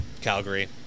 Calgary